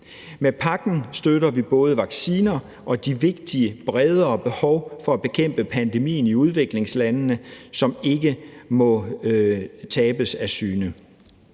Med pakken støtter vi både vacciner og de vigtige bredere behov for at bekæmpe pandemien i udviklingslandene, som ikke må tabes af syne.